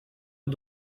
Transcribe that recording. est